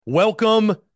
Welcome